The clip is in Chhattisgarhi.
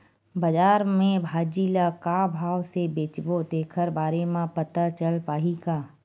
बजार में भाजी ल का भाव से बेचबो तेखर बारे में पता चल पाही का?